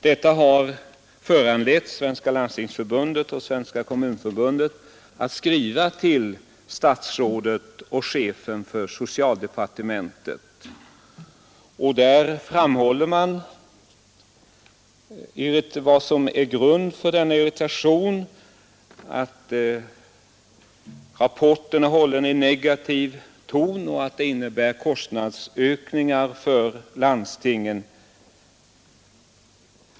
Detta har föranlett Svenska landstingsförbundet och Svenska kommunförbundet att skriva till socialministern. I skrivelsen framhåller man vad som är grunden till denna irritation — att rapporten är hållen i negativ ton och att åläggandena innebär kostnadsökningar för landstingen.